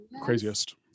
Craziest